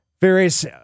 various